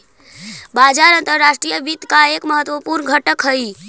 बाजार अंतर्राष्ट्रीय वित्त का एक महत्वपूर्ण घटक हई